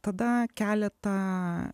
tada keletą